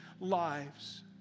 lives